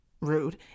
rude